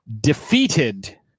defeated